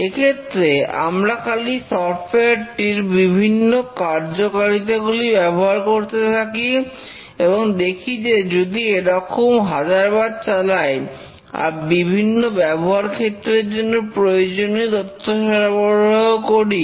এক্ষেত্রে আমরা খালি সফটওয়্যারটির বিভিন্ন কার্যকারিতাগুলি ব্যবহার করতে থাকি এবং দেখি যে যদি এরকম হাজারবার চালাই আর বিভিন্ন ব্যবহার ক্ষেত্রের জন্য প্রয়োজনীয় তথ্য সরবরাহ করি